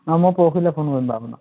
অঁ মই পৰহিলৈ ফোন কৰিম বাৰু আপোনাক